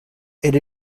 era